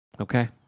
okay